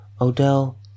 Odell